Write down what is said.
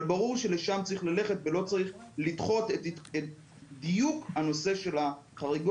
אבל ברור שלשם צריך ללכת ולא צריך לדחות את דיוק הנושא של החריגות.